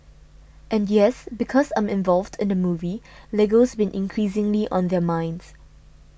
and yes because I'm involved in the movie Lego's been increasingly on their minds